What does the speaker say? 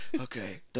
Okay